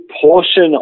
portion